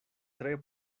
tre